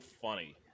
funny